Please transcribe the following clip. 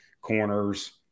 corners